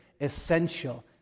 essential